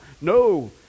No